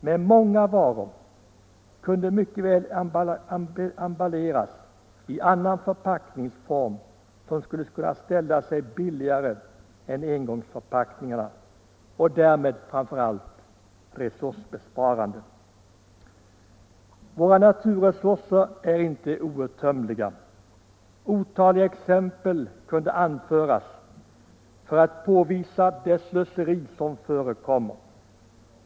Men många varor kunde mycket väl emballeras i annan förpackningsform, som skulle ställa sig billigare än engångsförpackningarna och framför allt vara resursbesparande. Våra naturresurser är inte outtömliga. Otaliga exempel kunde anföras för att påvisa det slöseri som förekommer.